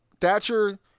Thatcher